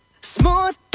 Smooth